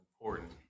important